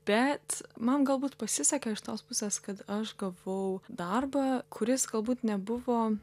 bet man galbūt pasisekė iš tos pusės kad aš gavau darbą kuris galbūt nebuvo